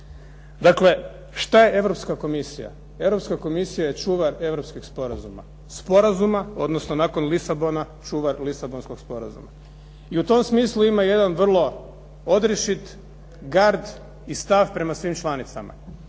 dakle što je Europska komisija? Europska komisija je čuvar europskih sporazuma. Sporazuma, odnosno nakon Lisabona čuvar Lisabonskog sporazuma i u tom smislu ima jedan vrlo odrješit gard i stav prema svim članicama.